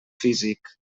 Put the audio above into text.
físic